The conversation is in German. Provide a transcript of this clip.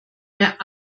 mehr